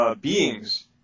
beings